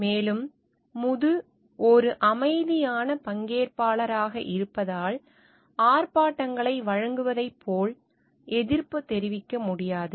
மேலும் இது ஒரு அமைதியான பங்கேற்பாளராக இருப்பதால் ஆர்ப்பாட்டங்களை வழங்குவதைப் போல எதிர்ப்பு தெரிவிக்க முடியாது